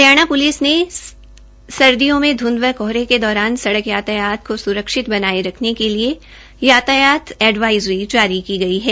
Haryana police ने सर्दियों में ध्ंध व कोहरे के दौरान सड़क यातायात को स्रक्षित रखने के लिए यातायात एडवाइजरी जारी की गई है